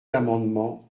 amendement